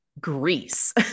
Greece